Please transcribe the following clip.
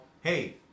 hey